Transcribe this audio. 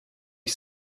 you